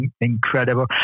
incredible